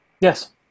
Yes